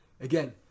again